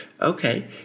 okay